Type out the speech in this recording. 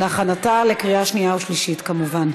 להכנתה לקריאה שנייה ושלישית, כמובן.